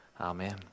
Amen